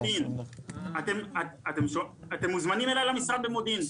אתם מוזמנים אלי למשרד במודיעין,